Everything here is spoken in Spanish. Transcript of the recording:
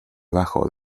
bajo